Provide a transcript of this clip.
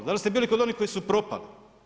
Da li ste bili kod onih koji su propali?